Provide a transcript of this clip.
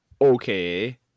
Okay